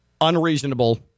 unreasonable